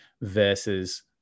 versus